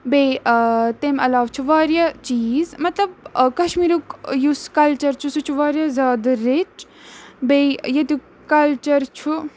بیٚیہِ تیٚمہِ علاوٕ چھُ واریاہ چیٖز مطلب کشمیٖرُک یُس کَلچَر چھُ سُہ چھُ واریاہ زیادٕ رِچ بیٚیہِ ییٚتیُک کَلچَر چھُ